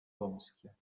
wąskie